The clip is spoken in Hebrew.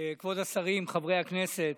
כבוד השרים, חברי הכנסת,